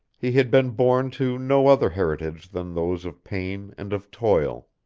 he had been born to no other heritage than those of pain and of toil.